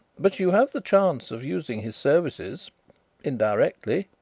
but you have the chance of using his services indirectly.